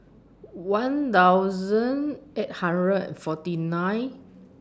one thousand eight hundred and forty nine